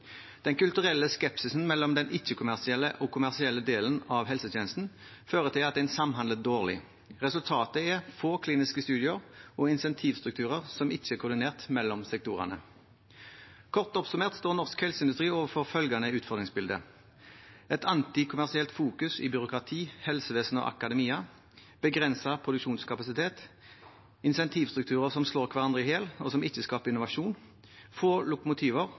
Den kulturelle skepsisen mellom den ikke-kommersielle og kommersielle delen av helsetjenesten fører til at en samhandler dårlig. Resultatet er få kliniske studier og insentivstrukturer som ikke er koordinert mellom sektorene. Kort oppsummert står norsk helseindustri overfor følgende utfordringsbilde: et antikommersielt fokus i byråkrati, helsevesen og akademia begrenset produksjonskapasitet insentivstrukturer som slår hverandre i hjel, og som ikke skaper innovasjon få lokomotiver